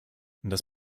das